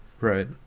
right